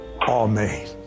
Amen